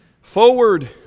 Forward